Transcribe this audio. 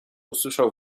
usłyszał